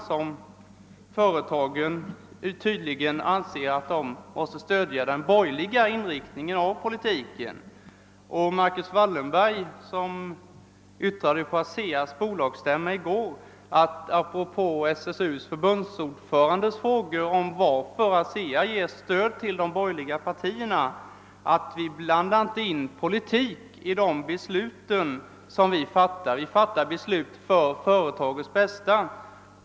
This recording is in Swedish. Vissa företag anser tydligen att de måste stödja den borgerliga inriktningen av politiken. Marcus Wallenberg yttrade i går på ASEA:s bolagsstämma, apropå en fråga av SSU:s förbundsordförande varför ASEA ger stöd till de borgerliga partierna, att företagen inte blandar in politik i de beslut de fattar utan endast tar hänsyn till verksamhetens bästa.